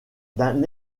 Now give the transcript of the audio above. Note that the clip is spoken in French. d’un